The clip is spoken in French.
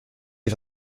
est